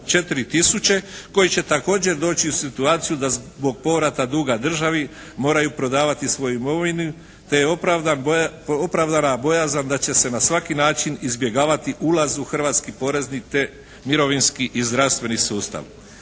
24000 koji će također doći u situaciju da zbog povrata duga državi moraju prodavati svoju imovinu, te je opravdana bojazan da će se na svaki način izbjegavati ulaz u hrvatski porezni, te mirovinski i zdravstveni sustav.